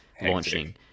launching